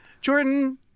Jordan